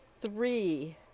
three